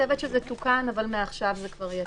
אני חושבת שזה תוקן, אבל מעכשיו זה כבר יהיה.